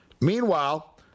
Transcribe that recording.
Meanwhile